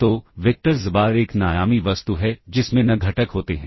तो vector xbar एक n आयामी वस्तु है जिसमें n घटक होते हैं